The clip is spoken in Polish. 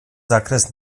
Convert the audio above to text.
zakres